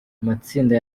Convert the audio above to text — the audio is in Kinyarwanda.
amatsinda